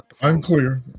Unclear